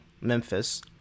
Memphis